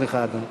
סליחה, אדוני.